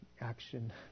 action